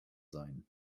sein